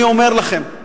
אני אומר לכם,